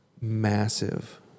massive